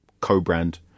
co-brand